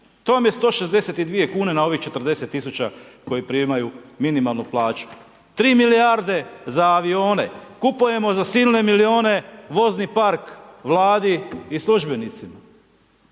vam je 162,00 kn na ovih 40 000 koji primaju minimalnu plaću. 3 milijarde za avione, kupujemo za silne milijune vozni park Vladi i službenicima.